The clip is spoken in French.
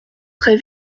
très